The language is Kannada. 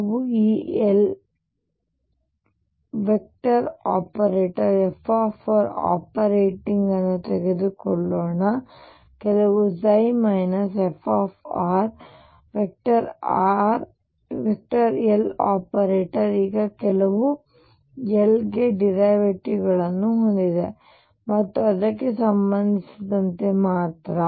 ನಾವು ಈ Loperatorfr ಆಪರೇಟಿಂಗ್ ಅನ್ನು ತೆಗೆದುಕೊಳ್ಳೋಣ ಕೆಲವು fLoperator ಈಗ ಕೆಲವು L ಗೆ ಡೆರಿವೇಟಿವ್ಗಳನ್ನು ಹೊಂದಿದೆ ಮತ್ತು ಅದಕ್ಕೆ ಸಂಬಂಧಿಸಿದಂತೆ ಮಾತ್ರ